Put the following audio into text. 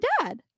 dad